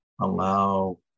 allow